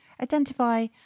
Identify